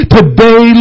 Today